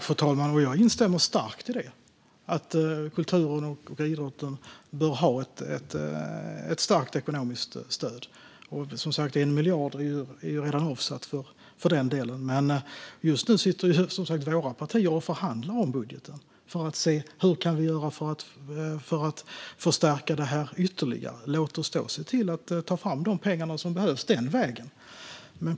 Fru talman! Jag instämmer starkt i att kulturen och idrotten bör ha ett starkt ekonomiskt stöd, och 1 miljard är som sagt redan avsatt för den delen. Just nu sitter dock våra partier och förhandlar om budgeten för att se hur vi kan göra för att förstärka detta ytterligare. Låt oss se till att ta fram de pengar som behövs den vägen!